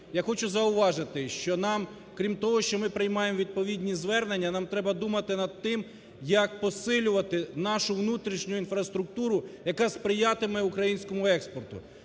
я хочу зауважити, що нам, крім того, що ми приймаємо відповідні звернення, нам треба думати над тим, як посилювати нашу внутрішню інфраструктуру, яка сприятиме українському експорту.